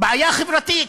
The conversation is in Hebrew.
בעיה חברתית.